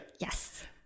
Yes